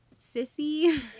Sissy